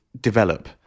develop